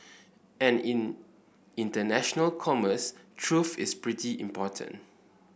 and in international commerce truth is pretty important